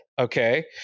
okay